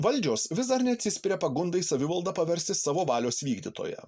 valdžios vis dar neatsispiria pagundai savivaldą paversti savo valios vykdytoja